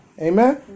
Amen